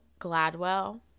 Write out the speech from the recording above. Gladwell